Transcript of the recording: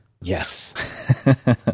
Yes